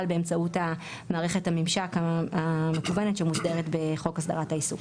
באמצעות מערכת הממשק המקוונת שמוסדרת בחוק הסדרת העיסוק.